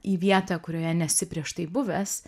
į vietą kurioje nesi prieš tai buvęs